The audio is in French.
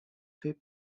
fait